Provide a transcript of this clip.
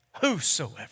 whosoever